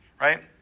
Right